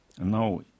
now